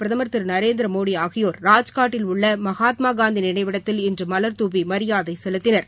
பிரதமர் திரு நரேந்திரமோடி ஆகியோர் ராஜ்காட்டில் உள்ள மகாத்மா காந்தி நினைவிடத்தில் இன்று மலர்தூவி மரியாதை செலுத்தினர்